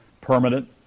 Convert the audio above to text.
permanent